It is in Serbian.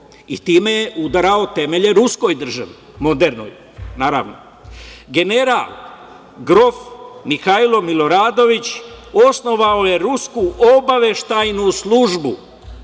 i time je udarao temelje ruskoj državi modernoj, naravno. General grof Mihajlo Miloradović osnovao je Rusku obaveštajnu službu